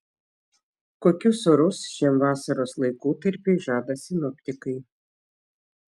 kokius orus šiam vasaros laikotarpiui žada sinoptikai